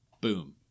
Boom